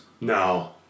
No